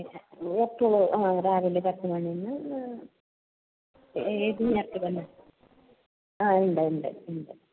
എപ്പോൾ ആ രാവിലെ പത്ത് മണിന്ന് ഏതു നേരത്തേക്ക് ആ ഉണ്ട് ഉണ്ട്